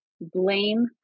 blame